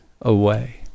away